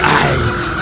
eyes